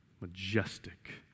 majestic